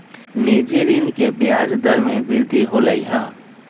निजी ऋण के ब्याज दर में वृद्धि होलय है